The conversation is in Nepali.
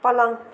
पलङ